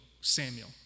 Samuel